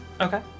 Okay